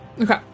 Okay